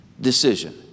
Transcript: decision